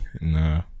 Nah